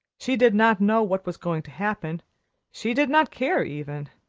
she did not know what was going to happen she did not care, even.